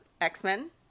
X-Men